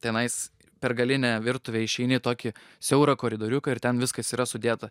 tenais per galinę virtuvę išeini į tokį siaurą koridoriuką ir ten viskas yra sudėta